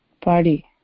party